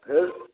फेर